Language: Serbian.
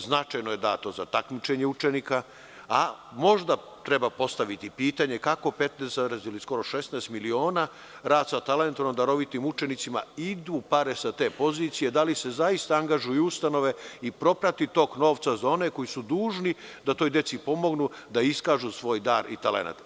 Značajno je dato za takmičenja učenika, a možda treba postaviti pitanje, skoro 16 miliona ide sa te pozicije na rad sa talentovanim, darovitim učenicima, da li se zaista angažuju ustanove i proprati tok novca za one koji su dužni da toj deci pomognu, da iskažu svoj dar i talenat?